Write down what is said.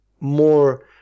more